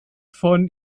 von